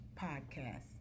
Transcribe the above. Podcast